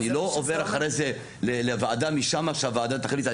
אני לא עובר אחרי זה לוועדה משם שהוועדה תחליט.